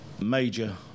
major